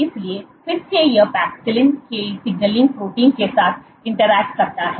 इसलिए फिर से यह पैक्सिलिन के सिग्नलिंग प्रोटीन के साथ इंटरेक्ट करता है